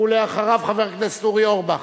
אחריו, חבר הכנסת אורי אורבך.